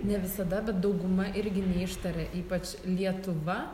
ne visada bet dauguma irgi neištaria ypač lietuva